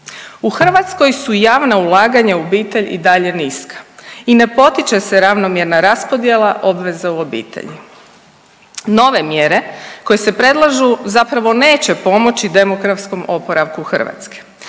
U Hrvatskoj su javna ulaganja u obitelj i dalje niska i ne potiče se ravnomjerna raspodjela obveza u obitelji. Nove mjere koje se predlažu zapravo neće pomoći demografskom oporavku Hrvatske